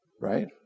right